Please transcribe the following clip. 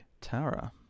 Tara